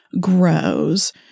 grows